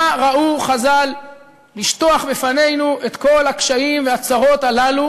ראו חז"ל לשטוח בפנינו את כל הקשיים והצרות הללו